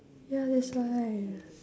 ya that's why